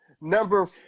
number